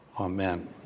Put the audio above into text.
Amen